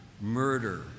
murder